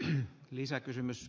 arvoisa puhemies